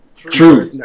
True